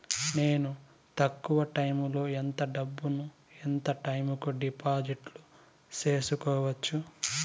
నేను తక్కువ టైములో ఎంత డబ్బును ఎంత టైము కు డిపాజిట్లు సేసుకోవచ్చు?